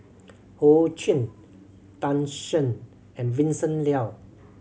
Ho Ching Tan Shen and Vincent Leow